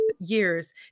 Years